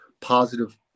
positive